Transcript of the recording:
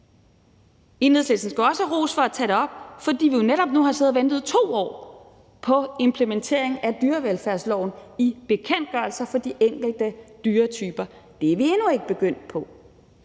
Enhedslisten skal også have ros for at tage det op, fordi vi jo netop nu har siddet og ventet i 2 år på implementering af dyrevelfærdsloven i bekendtgørelser for de enkelte dyrearter. Det er vi endnu ikke begyndt på.